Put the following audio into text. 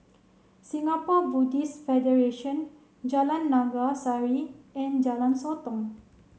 Singapore Buddhist Federation Jalan Naga Sari and Jalan Sotong